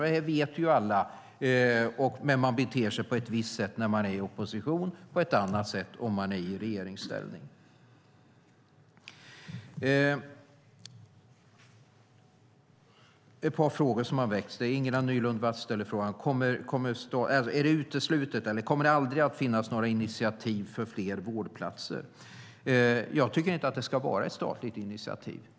Alla vet vi att man beter sig på ett visst sätt när man i opposition, på ett annat sätt när man är i regeringsställning. Ett par frågor har väckts. Ingela Nylund Watz ställer frågan: Kommer det aldrig att finnas några initiativ för fler vårdplatser? Jag tycker inte att det ska vara ett statligt initiativ.